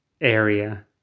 area